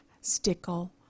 Stickle